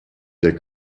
der